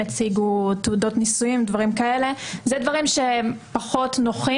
הציגו תעודות נישואין ודברים כאלה ואלה דברים שהם פחות נוחים